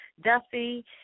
Duffy